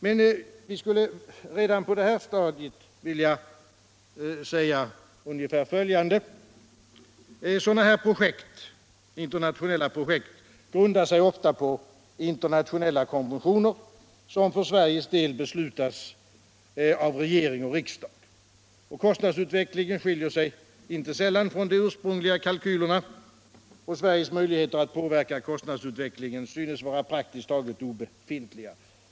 Men vi skulle redan på det här stadiet vilja säga ungefär följande: Sådana här internationella projekt grundar sig ofta på internationella konventioner, som för Sveriges del beslutas av regering och riksdag. Kostnadsutvecklingen skiljer sig inte sällan från de ursprungliga kalkylerna, och Sveriges möjligheter att påverka kostnadsutvecklingen synes vara praktiskt taget obefintliga.